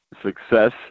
success